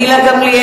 נגד גילה גמליאל,